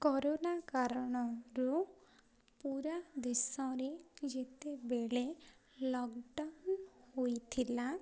corona କାରଣରୁ ପୂରା ଦେଶରେ ଯେତେବେଳେ ଲକଡ଼ାଉନ୍ ହୋଇଥିଲା